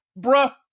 bruh